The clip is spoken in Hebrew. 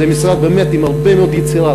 זה משרד באמת עם הרבה מאוד יצירה.